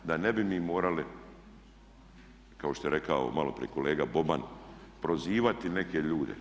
Da ne bi mi morali kao što je rekao maloprije kolega Boban prozivati neke ljude.